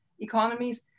economies